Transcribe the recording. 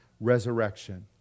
Resurrection